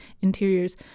interiors